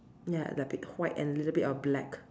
ya a bit white and little bit of black